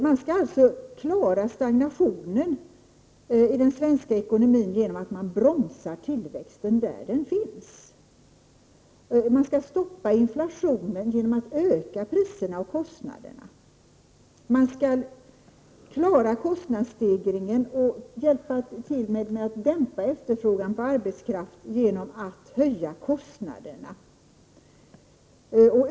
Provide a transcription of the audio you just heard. Man skall alltså klara stagnationen i den svenska ekonomin genom att bromsa tillväxten där den finns. Man skall stoppa inflationen genom att öka priserna och kostnaderna. Man skall klara kostnadsstegringen och hjälpa till med att dämpa efterfrågan på arbetskraft genom att höja kostnaderna.